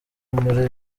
muri